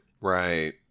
Right